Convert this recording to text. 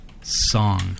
song